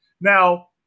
Now